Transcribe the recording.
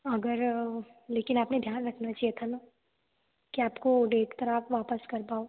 अगर लेकिन आपने ध्यान रखना चाहिए था ना कि आपको डेट पर आप वापस कर पाओ